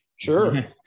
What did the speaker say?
Sure